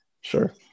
Sure